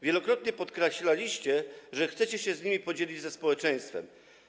Wielokrotnie podkreślaliście, że chcecie się nimi podzielić ze społeczeństwem.